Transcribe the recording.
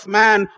man